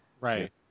Right